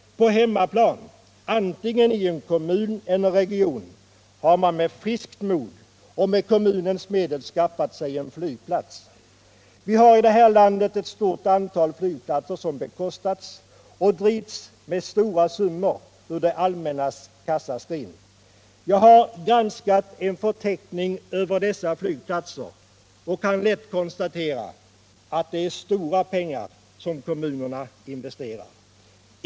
På hemmaplan — antingen i en kommun eller i en region — har man med friskt mod och med kommunens medel skaffat sig en flygplats. Vi har i det här landet ett stort antal flygplatser, som bekostats och drivs med stora summor ur det allmännas kassaskrin. Jag har granskat en förteckning över dessa flygplatser och kan lätt konstatera att det är stora pengar som kommunerna investerat.